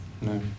No